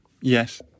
yes